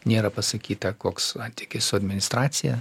nėra pasakyta koks santykis su administracija